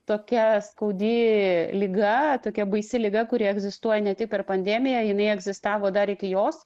tokia skaudi liga tokia baisi liga kuri egzistuoja ne tik per pandemiją jinai egzistavo dar iki jos